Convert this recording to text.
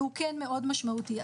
והוא כן מאוד משמעותי,